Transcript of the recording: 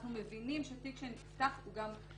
אנחנו מבינים שתיק שנפתח יכול גם להיסגר.